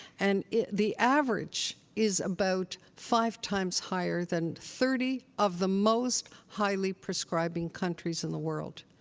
and the average is about five times higher than thirty of the most highly prescribing countries in the world.